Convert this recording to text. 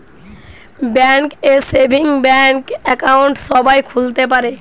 bank এ savings bank account সবাই খুলতে পারে